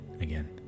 again